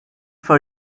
for